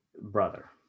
brother